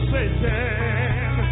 Satan